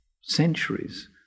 centuries